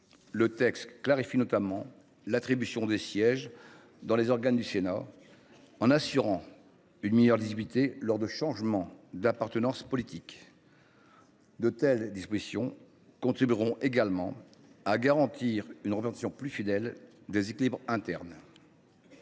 Le texte clarifie notamment l’attribution des sièges dans les organes du Sénat, en assurant une meilleure lisibilité lors des changements d’appartenance politique. De telles dispositions contribueront également à garantir une représentation plus fidèle des équilibres internes.